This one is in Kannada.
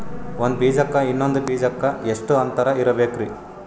ಒಂದ್ ಬೀಜಕ್ಕ ಇನ್ನೊಂದು ಬೀಜಕ್ಕ ಎಷ್ಟ್ ಅಂತರ ಇರಬೇಕ್ರಿ?